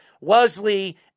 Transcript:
Wesley